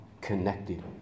connected